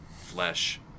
Flesh